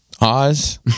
Oz